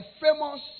famous